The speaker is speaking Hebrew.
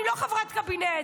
אני לא חברת קבינט.